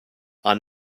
are